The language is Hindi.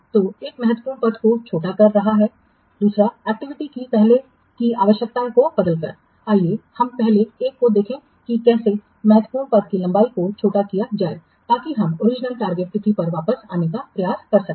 तो एक महत्वपूर्ण पथ को छोटा कर रहा है दो एक्टिविटी की पहले की आवश्यकता को बदलकर आइए हम पहले एक को देखें कि कैसे महत्वपूर्ण पथ की लंबाई को छोटा किया जाए ताकि हम ओरिजिनल लक्ष्य तिथि पर वापस आने का प्रयास कर सकें